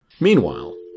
Meanwhile